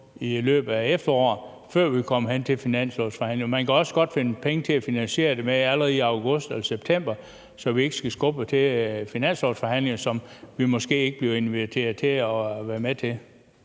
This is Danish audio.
i løbet af efteråret, før vi kommer hen til finanslovsforhandlingerne. Man kan også godt finde penge til at finansiere det med allerede i august eller september, så vi ikke skal skubbe det til finanslovsforhandlingerne, som vi måske ikke bliver inviteret til at være med til.